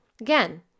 again